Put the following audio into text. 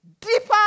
Deeper